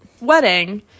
wedding